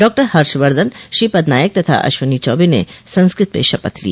डॉ हर्षवर्धन श्रीपद नायक तथा अश्विनी चौबे ने संस्कृत में शपथ ली